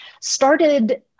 started